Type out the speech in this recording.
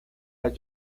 las